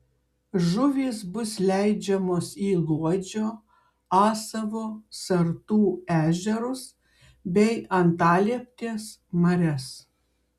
žuvys bus leidžiamos į luodžio asavo sartų ežerus bei antalieptės marias